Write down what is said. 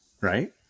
Right